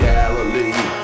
Galilee